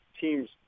teams